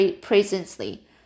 presently